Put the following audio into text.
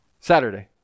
Saturday